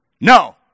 no